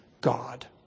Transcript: God